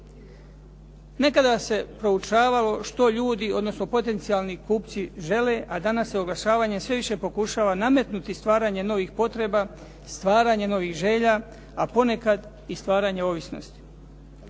Nekada se proučavalo što ljudi, odnosno potencijalni kupci žele, a danas se oglašavanje sve više pokušava nametnuti stvaranje novih potreba, stvaranje novih želja, a ponekad i stvaranje ovisnosti.